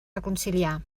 reconciliar